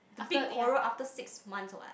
the big quarrel after six months what